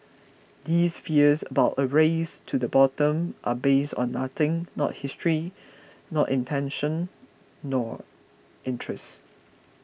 these fears about a race to the bottom are based on nothing not history not intention nor interest